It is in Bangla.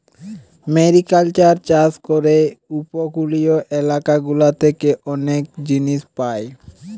মেরিকালচার চাষ করে উপকূলীয় এলাকা গুলা থেকে অনেক জিনিস পায়